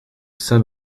saint